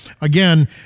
again